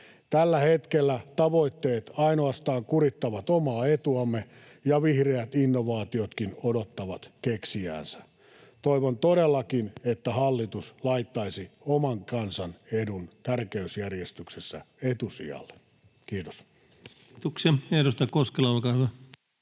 Tällä hetkellä tavoitteet ainoastaan kurittavat omaa etuamme ja vihreät innovaatiotkin odottavat keksijäänsä. Toivon todellakin, että hallitus laittaisi oman kansan edun tärkeysjärjestyksessä etusijalle. — Kiitos.